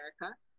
America